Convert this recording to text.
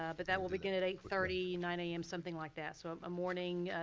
ah but that will begin at eight thirty, nine am, something like that. so um morning,